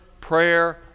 prayer